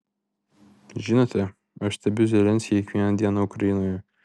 žinote aš stebiu zelenskį kiekvieną dieną ukrainoje